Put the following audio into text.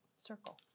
Circle